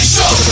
Show